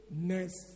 next